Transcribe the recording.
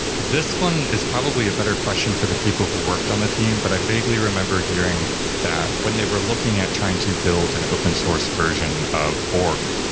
this one is probably a better question for the people who worked on the team, but i vaguely remember hearing that when they were looking at trying to build an open-source version of borg,